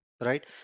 right